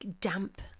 damp